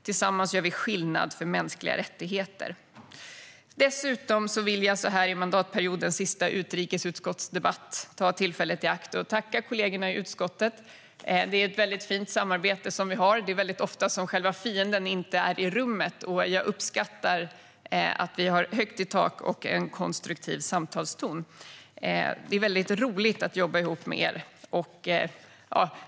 Tillsammans gör vi skillnad för mänskliga rättigheter. Jag vill så här i mandatperiodens sista utrikesutskottsdebatt ta tillfället i akt och tacka kollegorna i utskottet. Vi har ett väldigt fint samarbete. Det är väldigt ofta som själva fienden inte är i rummet. Jag uppskattar att vi har högt i tak och en konstruktiv samtalston. Det är väldigt roligt att jobba ihop med er.